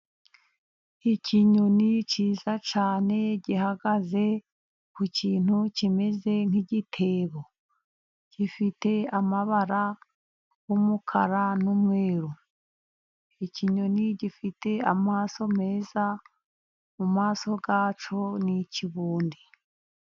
Ikinyoni cyiza cyane gihagaze ku kintu kimeze nk' igitebo gifite amabara umukara n'umweru. Ikinyoni gifite amaso meza, mu maso hacyo ni ikibundi.